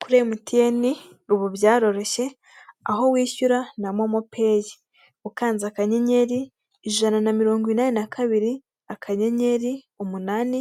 Kuri emutieni ubu byaroroshye aho wishyura na momopeyi ukanze kanyenyeri ijana na mirongo inani na kabiri akanyenyeri umunani